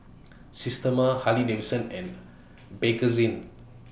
Systema Harley Davidson and Bakerzin